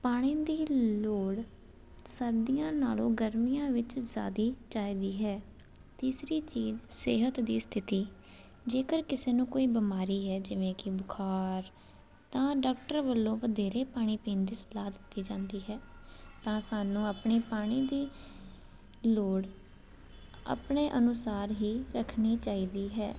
ਪਾਣੀ ਦੀ ਲੋੜ ਸਰਦੀਆਂ ਨਾਲੋਂ ਗਰਮੀਆਂ ਵਿੱਚ ਜ਼ਿਆਦੀ ਚਾਹੀਦੀ ਹੈ ਤੀਸਰੀ ਚੀਜ਼ ਸਿਹਤ ਦੀ ਸਥਿਤੀ ਜੇਕਰ ਕਿਸੇ ਨੂੰ ਕੋਈ ਬਿਮਾਰੀ ਹੈ ਜਿਵੇਂ ਕਿ ਬੁਖਾਰ ਤਾਂ ਡਾਕਟਰ ਵੱਲੋਂ ਵਧੇਰੇ ਪਾਣੀ ਪੀਣ ਦੀ ਸਲਾਹ ਦਿੱਤੀ ਜਾਂਦੀ ਹੈ ਤਾਂ ਸਾਨੂੰ ਆਪਣੇ ਪਾਣੀ ਦੀ ਲੋੜ ਆਪਣੇ ਅਨੁਸਾਰ ਹੀ ਰੱਖਣੀ ਚਾਹੀਦੀ ਹੈ